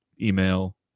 email